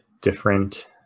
different